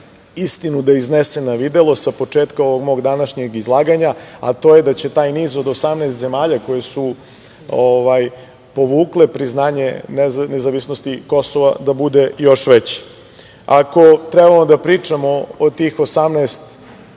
istinu da iznese na videlo, sa početka ovog mog današnjeg izlaganja, a to je da će taj niz od 18 zemalja koje su povukle priznanje nezavisnosti Kosova da bude još veći. Ako trebamo da pričamo o tih 18 priznanja,